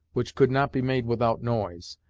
which could not be made without noise,